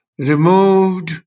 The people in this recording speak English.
removed